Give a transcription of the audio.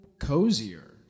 cozier